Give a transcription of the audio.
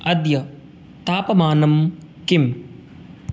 अद्य तापमानं किम्